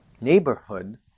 neighborhood